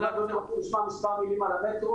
עכשיו אגיד מספר מילים על המטרו